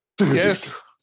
Yes